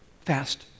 fast